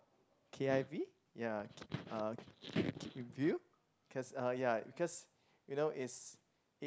k_i_v ya uh keep in view cause uh ya cause you know it's